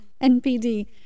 NPD